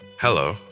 Hello